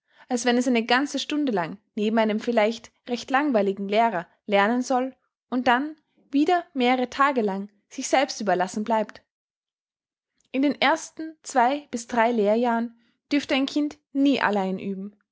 als wenn es eine ganze stunde lang neben einem vielleicht recht langweiligen lehrer lernen soll und dann wieder mehrere tage lang sich selbst überlassen bleibt in den ersten zwei bis drei lehrjahren dürfte ein kind nie allein üben